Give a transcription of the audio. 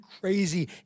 crazy